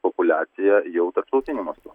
populiaciją jau tarptautiniu mastu